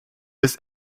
his